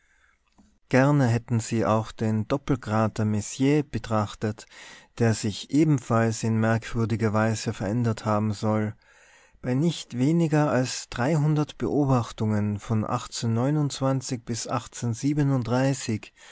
gerne hätten sie auch den doppelkrater messier betrachtet der sich ebenfalls in merkwürdiger weise verändert haben soll bei nicht weniger als beobachtungen von bis